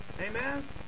Amen